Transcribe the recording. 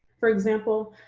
for example,